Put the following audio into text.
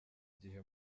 gihe